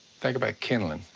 think about kindling.